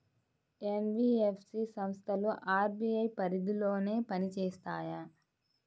NBFC సంస్థలు RBI పరిధిలోనే పని చేస్తాయా?